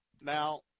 Now